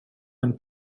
man